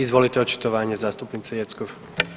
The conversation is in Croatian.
Izvolite očitovanje zastupnice Jeckov.